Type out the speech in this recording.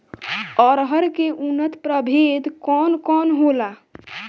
अरहर के उन्नत प्रभेद कौन कौनहोला?